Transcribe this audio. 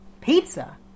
Pizza